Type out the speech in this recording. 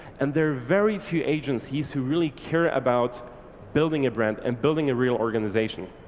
and there are very few agencies who really care about building a brand and building a real organisation.